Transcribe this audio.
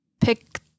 pick